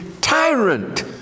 tyrant